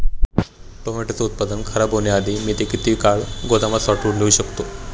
टोमॅटोचे उत्पादन खराब होण्याआधी मी ते किती काळ गोदामात साठवून ठेऊ शकतो?